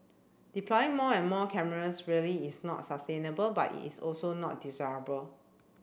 deploying more and more cameras really is not sustainable but it's also not desirable